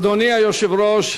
אדוני היושב-ראש,